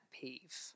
peeve